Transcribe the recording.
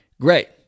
Great